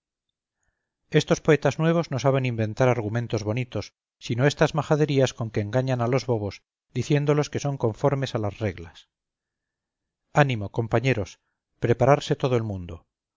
estos poetas nuevos no saben inventar argumentos bonitos sino estas majaderías con que engañan a los bobos diciéndolos que son conformes a las reglas ánimo compañeros prepararse todo el mundo